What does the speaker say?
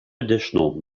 additional